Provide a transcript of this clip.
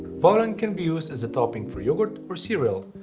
pollen can be used as a topping for yoghurt or cereal,